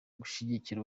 gushigikira